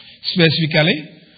specifically